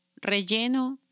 relleno